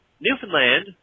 Newfoundland